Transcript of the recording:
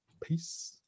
Peace